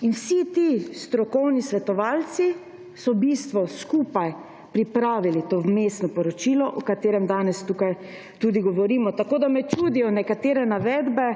Vsi ti strokovni svetovalci so v bistvu skupaj pripravili to vmesno poročilo, o katerem danes tukaj tudi govorimo. Tako me čudijo nekatere navedbe